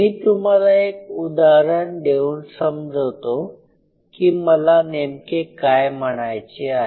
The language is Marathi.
मी तुम्हाला एक उदाहरण देऊन समजवतो की मला नेमके काय म्हणायचे आहे